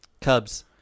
Cubs